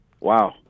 wow